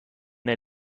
der